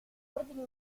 ordini